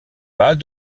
pas